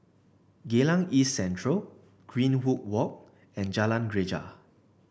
Geylang East Central Greenwood Walk and Jalan Greja